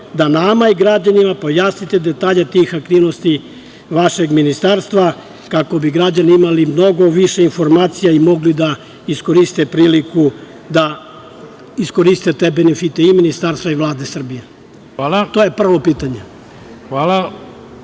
da nama i građanima pojasnite detalje tih aktivnosti vašeg ministarstva kako bi građani imali mnogo više informacija i mogli da iskoriste priliku da iskoriste te benefite i ministarstva i Vlade Srbije. To je prvo pitanje. Hvala.